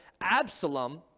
Absalom